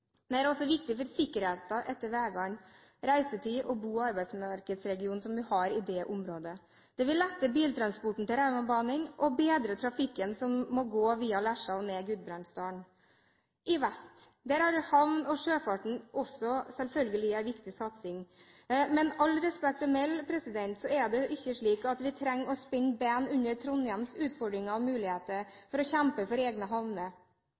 er også viktig for sikkerheten langs veiene, for reisetiden og for bo- og arbeidsregionene i området. Det vil lette biltransporten til Raumabanen og bedre trafikken som må gå via Lesja og ned Gudbrandsdalen. I vest er selvfølgelig satsingen på havn- og sjøfart også viktig, men med all respekt – det er ikke slik at vi trenger å spenne ben under Trondheims utfordringer og muligheter for å kjempe for egne havner.